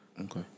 Okay